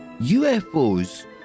UFOs